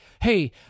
hey